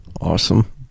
Awesome